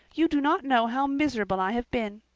you do not know how miserable i have been.